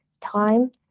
time